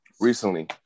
recently